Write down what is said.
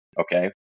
okay